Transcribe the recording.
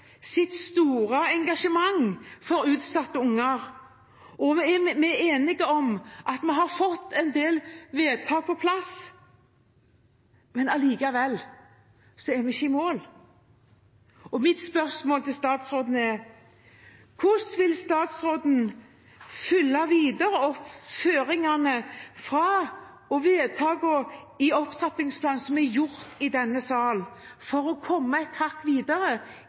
sitt store engasjement for utsatte unger, og vi er enige om at vi har fått en del vedtak på plass, men allikevel er vi ikke i mål. Mitt spørsmål til statsråden er: Hvordan vil statsråden følge videre opp føringene og vedtakene i forbindelse med opptrappingsplanene som er gjort i denne sal, for å komme videre